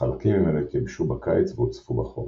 כשחלקים ממנו התייבשו בקיץ והוצפו בחורף.